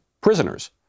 prisoners